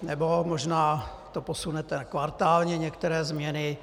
Nebo možná to posunete kvartálně, některé změny.